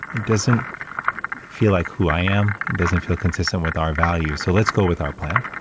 it doesn't feel like who i am. it doesn't feel consistent with our values. so, let's go with our plan.